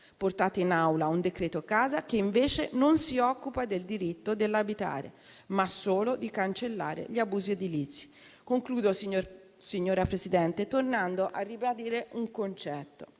Portate in Aula un decreto casa che si occupa non del diritto all'abitare, ma solo di cancellare gli abusi edilizi. Concludo, signor Presidente, tornando a ribadire un concetto.